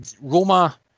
Roma